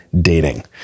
dating